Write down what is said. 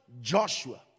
Joshua